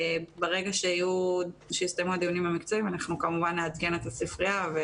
ברגע שיסתיימו הדיונים המקצועיים אנחנו כמובן נעדכן את הספרייה.